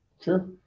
sure